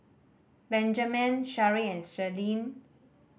Benjaman Shari and Celine